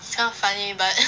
so funny but